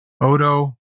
Odo